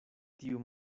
tiu